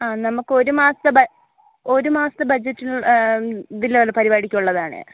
ആ നമുക്കൊരു മാസ ബഡ് ഒര് മാസ ബജറ്റിനുള്ള ബില്ലാണ് പരുപാടിക്കുള്ളതാണ്